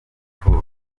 imfubyi